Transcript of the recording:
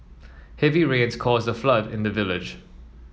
heavy rains caused a flood in the village